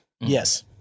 Yes